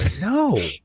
no